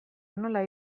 nola